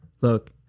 look